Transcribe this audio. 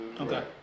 Okay